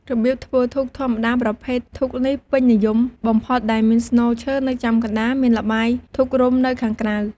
របៀបធ្វើធូបធម្មតាប្រភេទធូបនេះពេញនិយមបំផុតដែលមានស្នូលឈើនៅចំកណ្ដាលមានល្បាយធូបរុំនៅខាងក្រៅ។